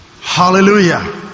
Hallelujah